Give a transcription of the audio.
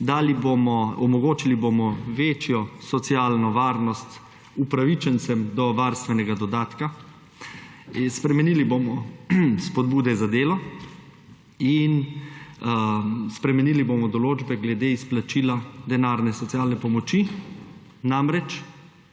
Omogočili bomo večjo socialno varnost upravičencem do varstvenega dodatka. Spremenili bomo spodbude za delo. Spremenili bomo določbe glede izplačila denarne socialne pomoči. Namreč,